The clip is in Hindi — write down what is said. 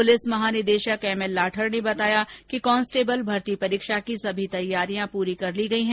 पुलिस महानिदेशक एमएल लाठर ने बताया कि कॉन्स्टेबल भर्ती परीक्षा की समी तैयारियां पूरी कर ली गयी है